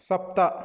सप्त